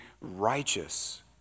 righteous